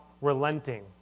relenting